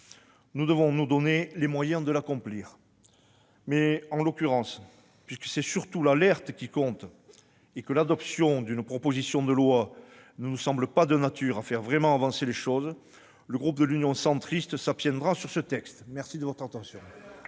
Nous devons nous donner les moyens de le mener à bien. En l'occurrence, puisque c'est surtout l'alerte qui compte et puisque l'adoption d'une proposition de loi ne nous semble pas de nature à faire vraiment avancer les choses, le groupe Union Centriste s'abstiendra sur ce texte. La parole est